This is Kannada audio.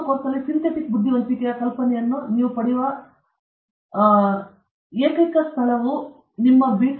ನಿಮ್ಮ ಕೋರ್ಸ್ನಲ್ಲಿ ಸಿಂಥೆಟಿಕ್ ಬುದ್ಧಿವಂತಿಕೆಯ ಕಲ್ಪನೆಯನ್ನು ನೀವು ಪಡೆಯುವ ಏಕೈಕ ಸ್ಥಳವು ಮೂಲಭೂತವಾಗಿ ನಿಮ್ಮ ಬಿ